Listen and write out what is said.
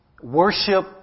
worship